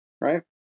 Right